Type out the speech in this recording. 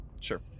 Sure